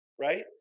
Right